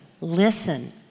Listen